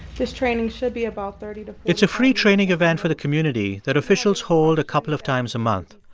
this training should be about thirty to. it's a free training event for the community that officials hold a couple of times a month.